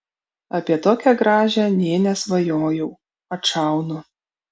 apie tokią gražią nė nesvajojau atšaunu